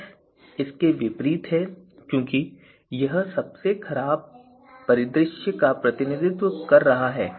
S इसके विपरीत है क्योंकि यह सबसे खराब परिदृश्य का प्रतिनिधित्व कर रहा है